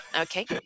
Okay